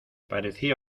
parecía